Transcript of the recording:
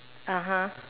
(uh huh)